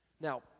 Now